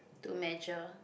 to measure